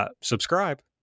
Subscribe